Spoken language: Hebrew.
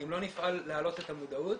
אם לא נפעל להעלות את המודעות,